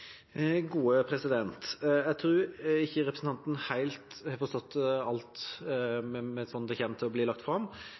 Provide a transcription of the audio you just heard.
Jeg tror ikke representanten helt har forstått alt